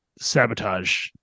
Sabotage